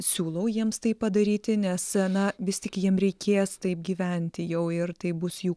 siūlau jiems tai padaryti nes na vis tik jiem reikės taip gyventi jau ir tai bus jų